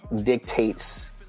Dictates